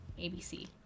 abc